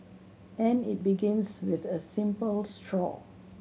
and it begins with a simple straw